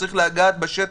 שצריך לגעת בשטח,